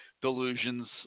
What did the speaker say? delusions